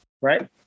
right